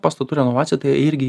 pastatų renovacija tai irgi